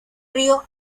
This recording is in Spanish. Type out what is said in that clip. río